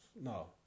No